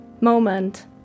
moment